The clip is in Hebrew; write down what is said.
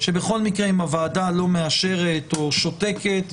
שבכל מקרה אם הוועדה לא מאשרת או שותקת,